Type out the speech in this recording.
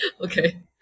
okay